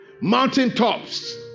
mountaintops